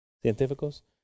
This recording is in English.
científicos